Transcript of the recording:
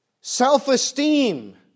Self-esteem